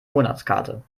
monatskarte